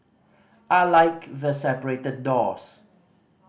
I like the separated doors